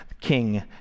King